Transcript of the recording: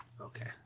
Okay